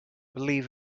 believe